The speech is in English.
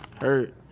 Hurt